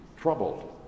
troubled